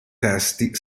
testi